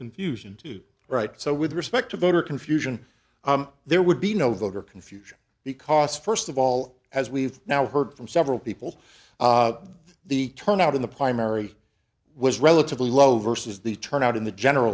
confusion right so with respect to voter confusion there would be no voter confusion because first of all as we've now heard from several people the turnout in the primary was relatively low versus the turnout in the general